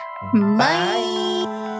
Bye